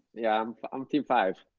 yeah, i'm team five.